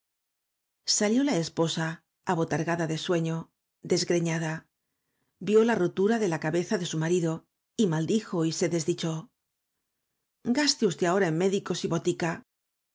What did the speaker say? salió la esposa abotargada de sueño desgreñada vio la rotura de la cabeza de su marido y maldijo y se d e s dicho gaste usted ahora en médicos y botica